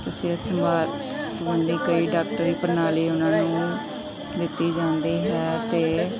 ਅਤੇ ਸਿਹਤ ਸੰਭਾਲ ਸੰਬੰਧੀ ਕੋਈ ਡਾਕਟਰੀ ਪ੍ਰਣਾਲੀ ਉਹਨਾਂ ਨੂੰ ਦਿੱਤੀ ਜਾਂਦੀ ਹੈ ਅਤੇ